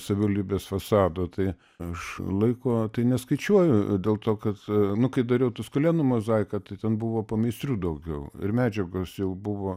savivaldybės fasado tai aš laiko tai neskaičiuoju dėl to kad nu kai dariau tuskulėnų mozaiką tai ten buvo pameistrių daugiau ir medžiagos jau buvo